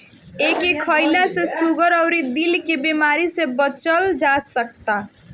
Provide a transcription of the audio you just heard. एके खईला से सुगर अउरी दिल के बेमारी से बचल जा सकता